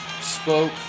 spoke